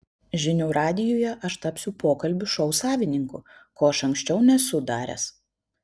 žinių radijuje aš tapsiu pokalbių šou savininku ko aš anksčiau nesu daręs